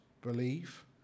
believe